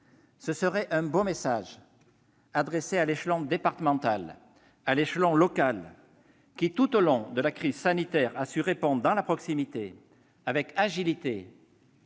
Ce serait un beau message adressé à l'échelon départemental, à l'échelon local qui, tout au long de la crise sanitaire, a su répondre dans la proximité, avec agilité